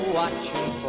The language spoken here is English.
watching